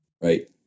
right